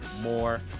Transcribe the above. more